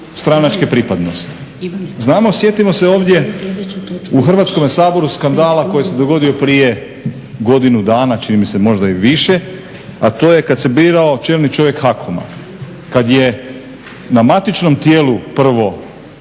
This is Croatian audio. stranačke pripadnosti. Znamo sjetimo se ovdje u Hrvatskome saboru skandala koji se dogodio prije godinu dana čini mi se možda i više, a to je kada se birao čelni čovjek HAKOM-a, kada je na matičnom tijelu dobio